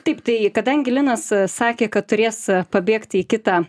taip tai kadangi linas sakė kad turės pabėgti į kitą